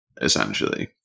essentially